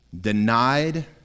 denied